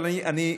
אבל אני,